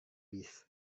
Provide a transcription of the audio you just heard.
bis